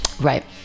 Right